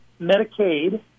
Medicaid